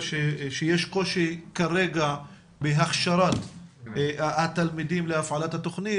שיש קושי כרגע בהכשרת התלמידים להפעלת התכנית,